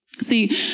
See